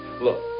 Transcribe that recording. Look